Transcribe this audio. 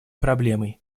проблемой